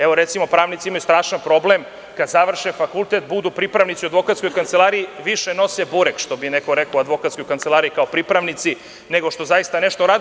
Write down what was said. Evo, recimo, pravnici imaju strašan problem, kad završe fakultet, budu pripravnici u advokatskoj kancelariji, više nose burek, što bi neko rekao, u advokatskoj kancelariji kao pripravnici, nego što zaista nešto rade.